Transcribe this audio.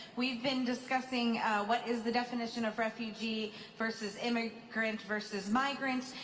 we've been discussing what is the definition of refugee versus immigrant versus migrant,